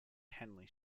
henley